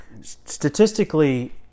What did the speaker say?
Statistically